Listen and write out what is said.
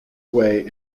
away